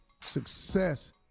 success